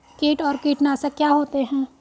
कीट और कीटनाशक क्या होते हैं?